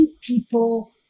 people